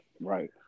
Right